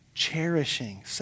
cherishing